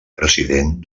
president